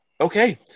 okay